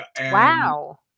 Wow